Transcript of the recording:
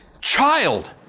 child